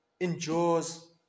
endures